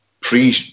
pre